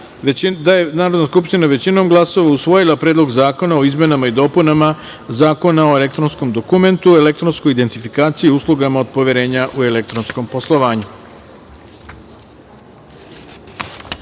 zakona u celini. Stavljam na glasanje Predlog zakona o izmenama i dopunama Zakona o elektronskom dokumentu, elektronskoj identifikaciji i uslugama od poverenja u elektronskom poslovanju,